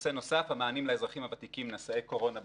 נושא נוסף הוא המענים לאזרחים הוותיקים נשאי קורונה במוסדות.